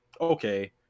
okay